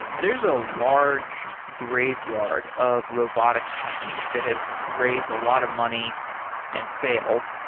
there's a large graveyard of robotics companies that have raised a lot of money and failed.